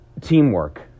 teamwork